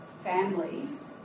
families